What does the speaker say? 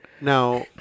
now